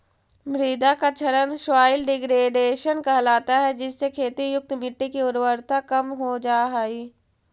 मृदा का क्षरण सॉइल डिग्रेडेशन कहलाता है जिससे खेती युक्त मिट्टी की उर्वरता कम हो जा हई